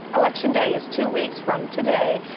election day is two weeks from today.